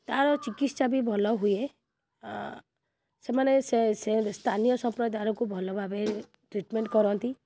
ତା'ର ଚିକିତ୍ସା ବି ଭଲ ହୁଏ ସେମାନେ ସେ ସେ ସ୍ଥାନୀୟ ସମ୍ପ୍ରଦାୟକୁ ଭଲଭାବେ ଟ୍ରିଟ୍ମେଣ୍ଟ୍ କରନ୍ତି